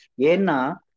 Yena